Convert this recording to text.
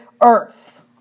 earth